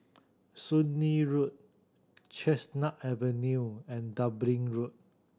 Soon Lee Road Chestnut Avenue and Dublin Road